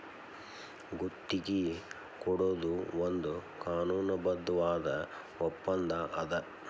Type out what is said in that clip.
ಗುತ್ತಿಗಿ ಕೊಡೊದು ಒಂದ್ ಕಾನೂನುಬದ್ಧವಾದ ಒಪ್ಪಂದಾ ಅದ